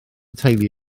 teulu